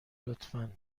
لطفا